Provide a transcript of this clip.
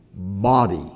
body